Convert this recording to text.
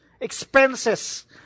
expenses